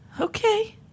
Okay